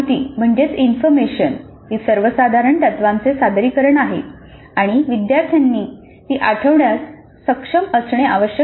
माहिती ही सर्वसाधारण तत्त्वांचे सादरीकरण आहे आणि विद्यार्थ्यांनी ती आठवण्यास सक्षम असणे आवश्यक आहे